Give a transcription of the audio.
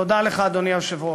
תודה לך, אדוני היושב-ראש.